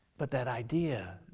but that idea,